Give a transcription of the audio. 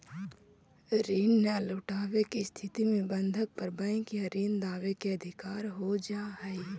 ऋण न लौटवे के स्थिति में बंधक पर बैंक या ऋण दावे के अधिकार हो जा हई